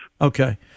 Okay